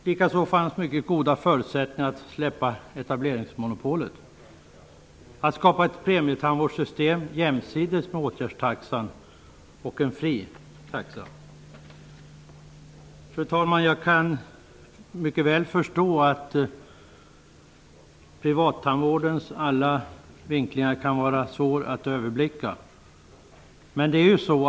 Likaså fanns mycket goda förutsättningar att släppa etableringsmonopolet, dvs. att skapa ett fritt premietandvårdssystem jämsides med åtgärdstaxan och en fri taxa. Fru talman! Jag kan mycket väl förstå att det kan vara svårt att överblicka privattandvårdens alla vinklingar.